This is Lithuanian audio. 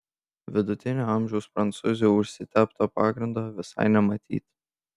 vidutinio amžiaus prancūzių užsitepto pagrindo visai nematyti